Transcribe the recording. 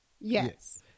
Yes